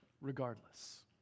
regardless